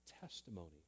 testimony